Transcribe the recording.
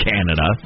Canada